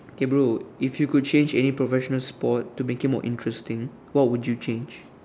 okay bro if you could change any professional sport to make it more interesting what would you change